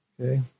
Okay